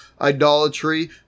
idolatry